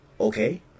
Okay